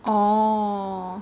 orh